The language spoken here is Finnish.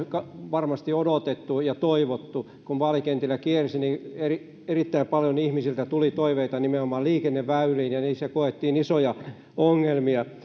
varmasti odotettu ja toivottu kun vaalikentillä kiersi niin erittäin paljon ihmisiltä tuli toiveita nimenomaan liikenneväyliin ja niissä koettiin olevan isoja ongelmia